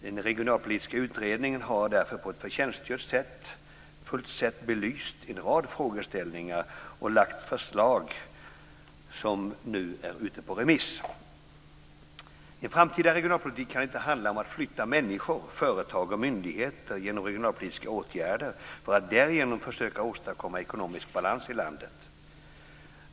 Den regionalpolitiska utredningen har därför på ett förtjänstfullt sätt belyst en rad frågeställningar och lagt fram förslag som nu är ute på remiss. En framtida regionalpolitik kan inte handla om att flytta människor, företag och myndigheter med hjälp av regionalpolitiska åtgärder för att därigenom försöka åstadkomma ekonomisk balans i landet.